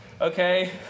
Okay